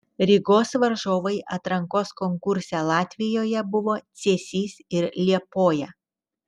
rygos varžovai atrankos konkurse latvijoje buvo cėsys ir liepoja